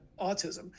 autism